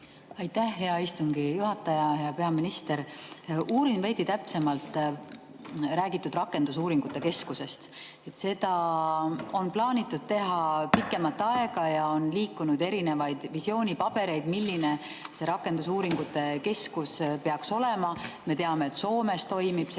Aitäh, hea istungi juhataja! Hea peaminister! Uurin veidi täpsemalt räägitud rakendusuuringute keskuse kohta. Seda on plaanitud teha pikemat aega ja on liikunud erinevaid visioonipabereid, milline see rakendusuuringute keskus peaks olema. Me teame, et Soomes toimib